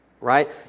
right